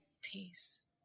Peace